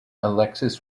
alexis